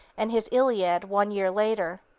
and his iliad one year later.